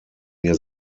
mir